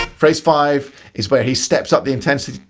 phrase five is where he steps up the intensity.